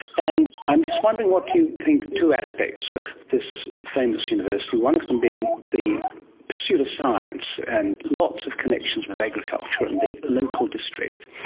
and i'm just wondering what you think, two aspects of this famous university, one of them being the pursuit of science, and lots of connections with agriculture and the local district.